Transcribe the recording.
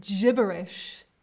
Gibberish